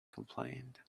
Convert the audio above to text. complained